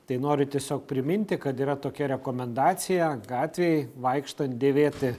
tai noriu tiesiog priminti kad yra tokia rekomendacija gatvėj vaikštant dėvėti